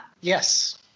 yes